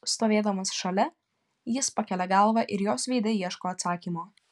stovėdamas šalia jis pakelia galvą ir jos veide ieško atsakymo